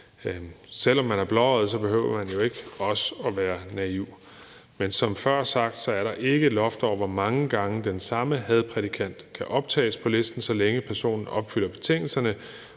Selv om man er blåøjet, behøver man jo ikke også at være naiv. Men som før sagt, er der ikke et loft over, hvor mange gange den samme hadprædikant kan optages på listen, så længe personen opfylder betingelserne,